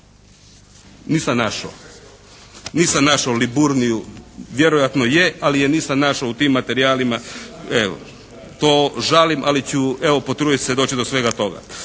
nisam našao, nisam našao Liburniju. Vjerojatno je, ali je nisam našao u tim materijalima. Evo, to žalim, ali ću evo potruditi se doći do svega toga.